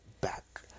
back